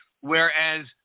Whereas